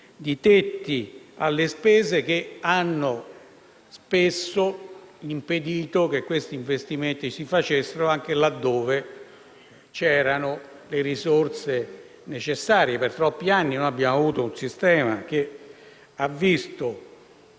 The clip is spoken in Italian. di tetti alle spese che ha spesso impedito che gli investimenti si facessero anche laddove c'erano le risorse necessarie. Per troppi anni abbiamo avuto un sistema che ha